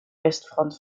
westfront